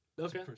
Okay